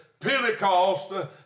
Pentecost